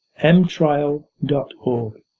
mtrial dot org